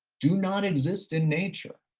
do not exist in nature.